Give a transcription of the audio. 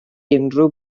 unrhyw